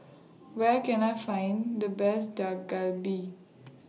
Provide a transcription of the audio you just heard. Where Can I Find The Best Dak Galbi